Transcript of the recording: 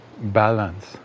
balance